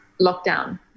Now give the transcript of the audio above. lockdown